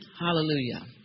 Hallelujah